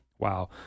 Wow